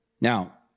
Now